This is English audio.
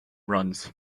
runs